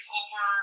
over